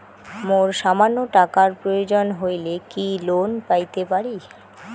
মোর সামান্য টাকার প্রয়োজন হইলে কি লোন পাইতে পারি?